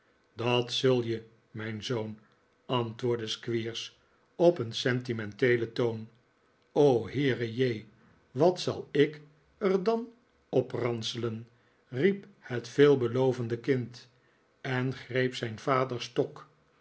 dat zul je mijn zoon antwoordde squeers op een sentimenteelen toon heere j wat zal ik er dan opranselen riep het veelbelovende kind en greep zijn vaders stok